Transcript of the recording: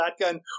shotgun